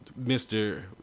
mr